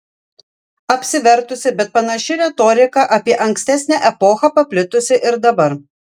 apsivertusi bet panaši retorika apie ankstesnę epochą paplitusi ir dabar